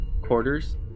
quarters